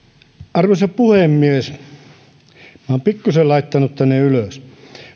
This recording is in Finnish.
arvoisa puhemies minä olen pikkusen laittanut tänne ylös